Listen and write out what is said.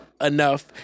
enough